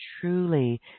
truly